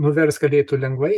nuvers kad eitų lengvai